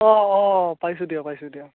অ' অ' পাইছো দিয়া পাইছো দিয়া